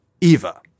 EVA